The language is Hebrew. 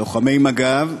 לוחמי מג"ב,